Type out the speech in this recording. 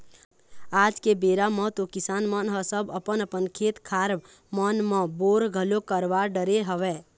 आज के बेरा म तो किसान मन ह सब अपन अपन खेत खार मन म बोर घलोक करवा डरे हवय